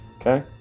Okay